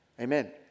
Amen